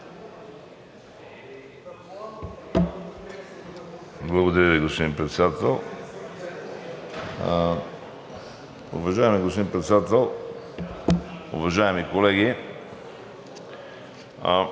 Благодаря Ви, господин Председател.